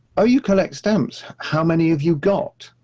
ah you collect stamps. how many have you got?